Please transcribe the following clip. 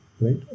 right